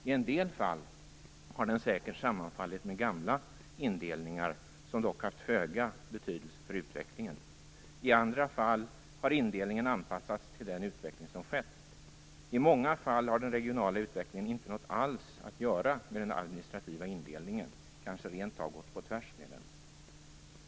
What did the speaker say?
I en del fall har det säkert sammanfallit med gamla indelningar som dock har haft föga betydelse för utvecklingen. I andra fall har indelningen anpassats till den utveckling som har skett. I många fall har den regionala utvecklingen inte något alls att göra med den administrativa indelningen; den kanske rent av har gått på tvärs med den.